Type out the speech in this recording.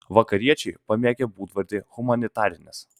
vakariečiai pamėgę būdvardį humanitarinis